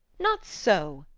not so,